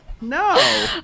No